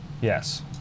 Yes